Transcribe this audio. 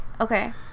Okay